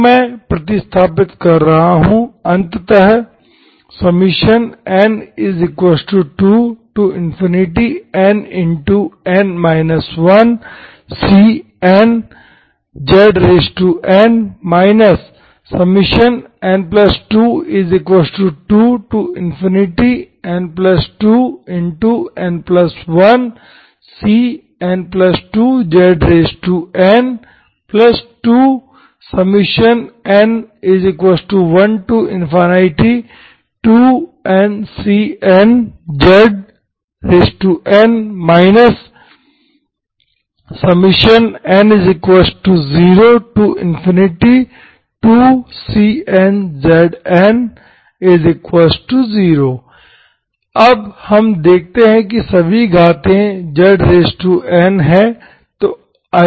तो मैं प्रतिस्थापित कर रहा हूँ अंततः n2nn 1cnzn n22n2n1cn2zn2n12ncnzn n02cnzn0 अब हम देखते हैं कि सभी घाते zn हैं